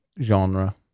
genre